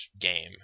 game